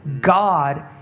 God